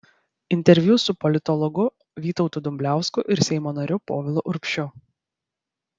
interviu su politologu vytautu dumbliausku ir seimo nariu povilu urbšiu